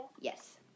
Yes